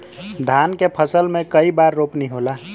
धान के फसल मे कई बार रोपनी होला?